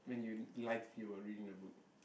when you like to be buried in the book